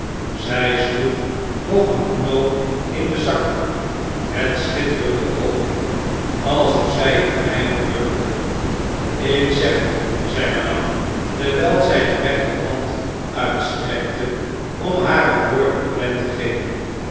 zij sloeg nog een knoop in den zakdoek met schitterende oogen alsof zij een vijand wurgde ik zeg u zei madame terwijl zij de rechterhand uitstrekte om hare woorden klem te geven